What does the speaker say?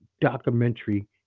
documentary